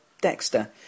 Dexter